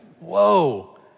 whoa